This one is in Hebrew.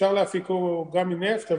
אפשר להפיקו גם מנפט,